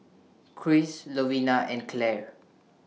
Christ Lovina and Clare